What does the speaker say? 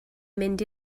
mynd